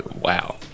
Wow